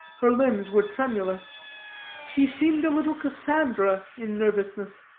her limbs were tremulous she seemed a little cassandra, in nervousness.